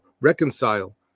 reconcile